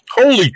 Holy